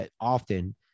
often